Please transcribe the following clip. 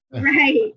Right